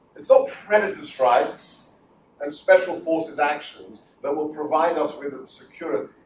it's not predator strikes and special forces' actions that will provide us with security.